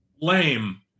lame